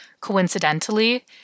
coincidentally